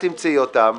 את תמצאי אותם.